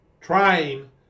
trying